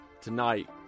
tonight